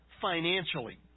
financially